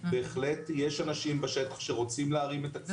בהחלט יש אנשים בשטח שרוצים להרים את הכפפה הזאת.